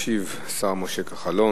ישיב השר משה כחלון,